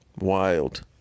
Wild